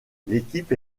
l’équipe